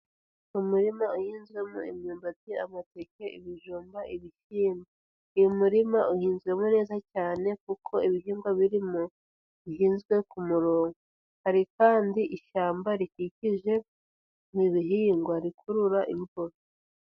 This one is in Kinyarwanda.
Umurima uhinzwemo imyumbati, amateke, ibijumba, ibishyimbo, uyu murima uhinzwemo neza cyane kuko ibihingwa birimo bihinzwe ku murongo, hari kandi ishyamba rikikije ibi bihingwa rikurura imvura.